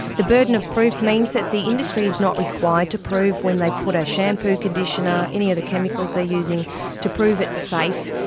the burden of proof means that the industry is not required to prove when they put a shampoo, conditioner, any of the chemicals they are using to prove it's safe.